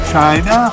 China